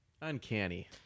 uncanny